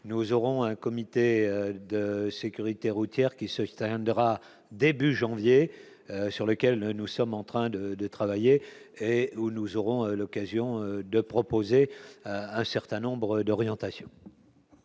nous aurons un comité de sécurité routière qui se atteindra début janvier sur lequel nous sommes en train de de travailler et nous aurons l'occasion de proposer un certain nombre d'orientation.